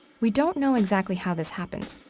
we don't know exactly how this happens.